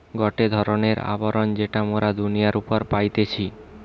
গটে ধরণের আবরণ যেটা মোরা দুনিয়ার উপরে পাইতেছি